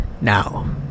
Now